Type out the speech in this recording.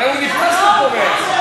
הרי הוא נכנס לפה ויצא.